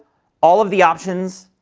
all of the options,